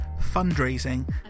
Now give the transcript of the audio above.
fundraising